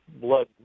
blood